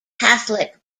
catholic